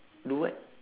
do what